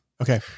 Okay